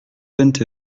vingt